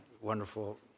wonderful